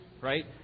right